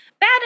bad